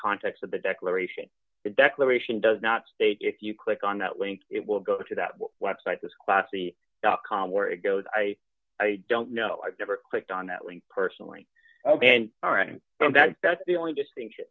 context of the declaration declaration does not state if you click on that link it will go to that website this classy dot com where it goes i don't know i've never clicked on that link personally and that that's the only distinction